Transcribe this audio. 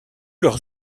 leurs